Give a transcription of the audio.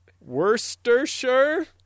Worcestershire